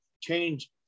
change